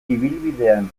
ibilbidean